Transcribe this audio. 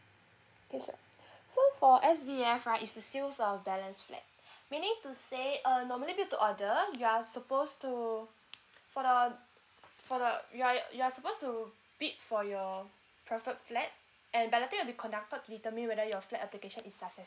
okay sure so for S_B_F right is the sales of balance flat meaning to say err normally build to order you are supposed to for the for the you're you're supposed to bid for your preferred flats and balloting will be conducted determine whether your fat application is successful